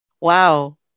Wow